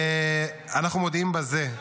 אנחנו מודיעים בזה,